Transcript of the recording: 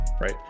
right